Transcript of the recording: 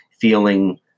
feeling